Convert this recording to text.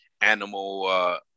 animal